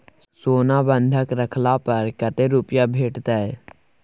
सोना बंधक रखला पर कत्ते रुपिया भेटतै?